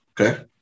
Okay